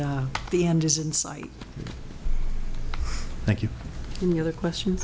the end is in sight thank you and the other question